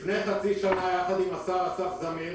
לפני חצי שנה יחד עם השר אסף זמיר,